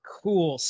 cool